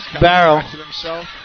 barrel